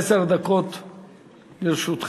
עשר דקות לרשותך.